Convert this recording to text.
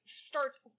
starts